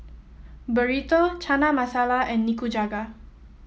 Burrito Chana Masala and Nikujaga